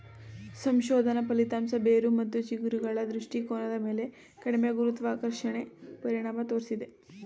ಸಂಶೋಧನಾ ಫಲಿತಾಂಶ ಬೇರು ಮತ್ತು ಚಿಗುರುಗಳ ದೃಷ್ಟಿಕೋನದ ಮೇಲೆ ಕಡಿಮೆ ಗುರುತ್ವಾಕರ್ಷಣೆ ಪರಿಣಾಮ ತೋರ್ಸಿದೆ